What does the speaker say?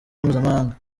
mpuzamahanga